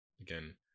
again